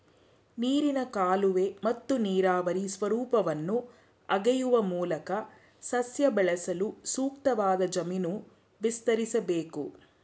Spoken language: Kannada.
ನೀರಿನ ಕಾಲುವೆ ಮತ್ತು ನೀರಾವರಿ ಸ್ವರೂಪವನ್ನು ಅಗೆಯುವ ಮೂಲಕ ಸಸ್ಯ ಬೆಳೆಸಲು ಸೂಕ್ತವಾದ ಜಮೀನು ವಿಸ್ತರಿಸ್ಬೇಕು